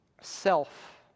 self